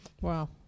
wow